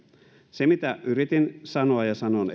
se mitä yritin sanoa ja sanon